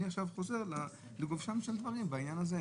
עכשיו אני חוזר לגופם של דברים בעניין הזה.